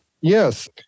Yes